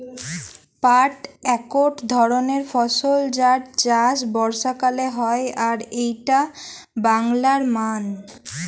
পাট একট ধরণের ফসল যার চাষ বর্ষাকালে হয় আর এইটা বাংলার মান